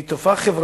שהיא תופעה חברתית,